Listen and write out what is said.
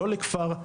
לא לכפר,